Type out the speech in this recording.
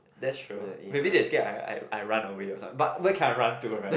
that's true maybe they scare I I I run away or some~ but where can I run to right